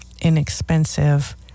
inexpensive